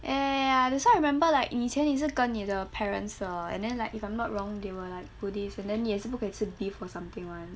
ya ya ya ya ya that's why I remember like 以前你是跟你的 parents 的 and then like if I'm not wrong they were like buddhist and then 你也是不可以吃 beef or something [one]